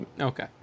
Okay